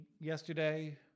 Yesterday